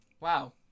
Wow